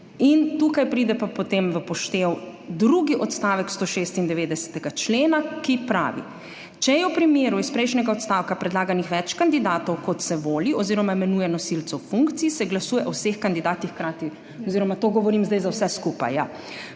In tu pride v poštev drugi odstavek 196. člena, ki pravi: »Če je v primeru iz prejšnjega odstavka predlaganih več kandidatov, kot se voli oziroma imenuje nosilcev funkcij, se glasuje o vseh kandidatih hkrati.« Oziroma to govorim zdaj za vse skupaj.